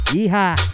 Yeehaw